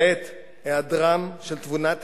כעת, היעדרם של תבונת אמת,